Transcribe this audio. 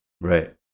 Right